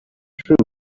truth